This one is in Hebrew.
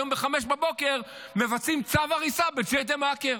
היום ב-5:00 מבצעים צו הריסה בג'דיידה-מכר,